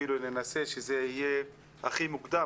אפילו ננסה שזה יהיה הכי מוקדם,